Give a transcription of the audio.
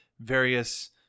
various